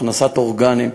הכנסת אורגנים.